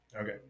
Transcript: Okay